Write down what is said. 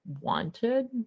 wanted